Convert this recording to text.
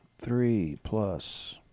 Three-plus